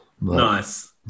nice